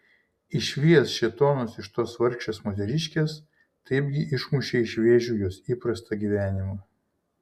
išvijęs šėtonus iš tos vargšės moteriškės taipgi išmušei iš vėžių jos įprastą gyvenimą